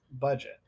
budget